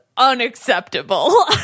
unacceptable